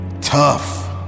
tough